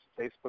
Facebook